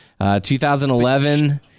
2011